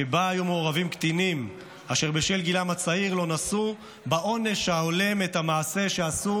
שבו היו מעורבים קטינים אשר לא נשאו בעונש ההולם את המעשה שעשו